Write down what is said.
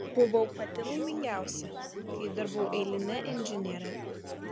buvau pati laimingiausia kai dirbau eiline inžiniere